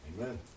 Amen